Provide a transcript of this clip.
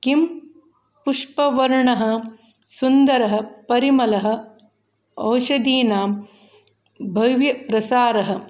किं पुष्पवर्णः सुन्दरः परिमलः औषधीनां भव्यप्रसारः